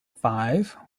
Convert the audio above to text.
five